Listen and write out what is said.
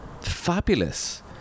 Fabulous